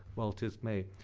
while tis may.